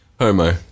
Homo